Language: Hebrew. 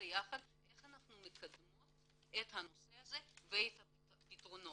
יחד איך אנחנו מקדמות את הנושא הזה ואת הפתרונות.